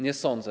Nie sądzę.